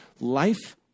life